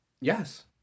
Yes